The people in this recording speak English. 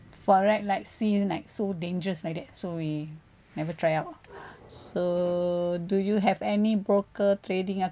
forex like seem like so dangerous like that so we never try out lah so do you have any broker trading ac~